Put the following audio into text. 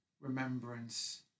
remembrance